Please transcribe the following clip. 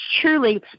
truly